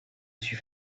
suis